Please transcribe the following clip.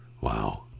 Wow